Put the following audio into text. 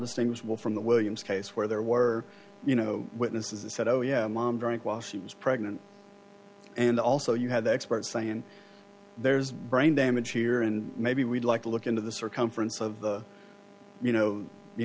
distinguishable from the williams case where there were you know witnesses that said oh yeah mom drink while she was pregnant and also you had the experts saying there's brain damage here and maybe we'd like to look into the circumference of the you know you